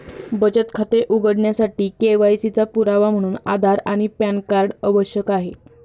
बचत खाते उघडण्यासाठी के.वाय.सी चा पुरावा म्हणून आधार आणि पॅन कार्ड आवश्यक आहे